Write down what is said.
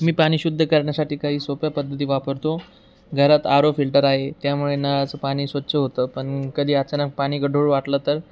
मी पाणी शुद्ध करण्यासाठी काही सोप्या पद्धती वापरतो घरात आरो फिल्टर आहे त्यामुळे नळाचं पाणी स्वच्छ होतं पण कधी आचानक पाणी गढुळ वाटलं तर